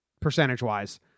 percentage-wise